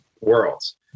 worlds